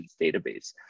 database